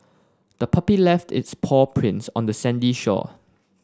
the puppy left its paw prints on the sandy shore